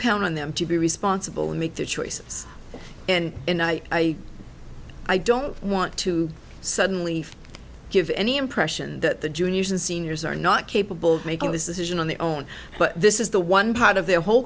count on them to be responsible and make their choices and and i i don't want to suddenly give any impression that the juniors and seniors are not capable of making this isn't on their own but this is the one part of their whole